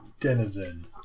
Denizen